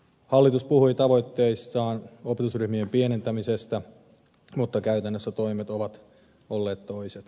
hallitus puhui tavoitteissaan opetusryhmien pienentämisestä mutta käytännössä toimet ovat olleet toiset